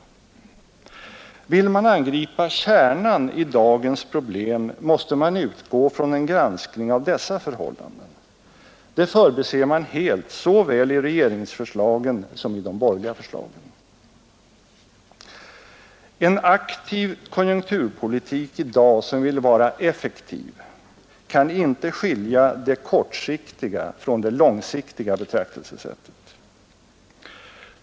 Vill man angripa kärnan i dagens problem måste man utgå från en granskning av dessa förhållanden. Det förbises helt såväl i regeringsförslagen som i de borgerliga förslagen. En aktiv konjunkturpolitik i dag, som vill vara effektiv, kan inte skilja det kortsiktiga från det långsiktiga betraktelsesättet.